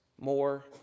more